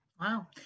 Wow